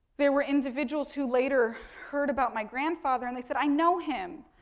there were individuals who later heard about my grandfather and they said i know him,